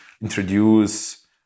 introduce